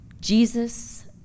Jesus